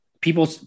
people